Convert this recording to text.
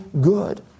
good